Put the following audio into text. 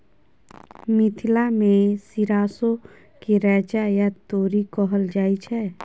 मिथिला मे सरिसो केँ रैचा या तोरी कहल जाइ छै